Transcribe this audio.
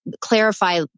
clarify